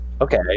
okay